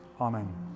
Amen